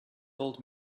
told